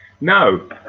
No